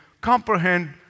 comprehend